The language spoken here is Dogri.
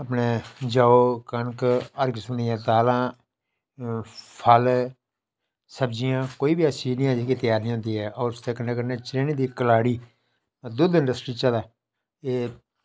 अपने जौ कनक हर किस्म दियां दालां फल सब्जियां कोई बी ऐसी चीज़ नी है जेह्ड़ी त्यार निं होंदी ऐ और उसदे कन्नै कन्नै चनैनी दी कलाड़ी दुद्ध इंडसट्री च दा एह्